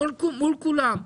מול כולם.